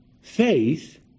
faith